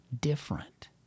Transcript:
different